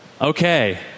Okay